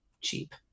cheap